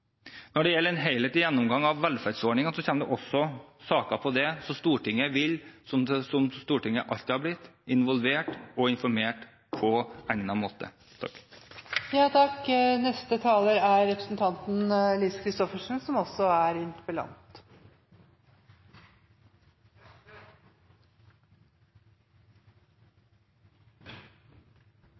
Når det gjelder en helhetlig gjennomgang av velferdsordningene, så kommer det også saker på det, så Stortinget vil bli – som Stortinget alltid har blitt – involvert og informert på egnet måte.